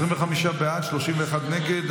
25 בעד, 31 נגד.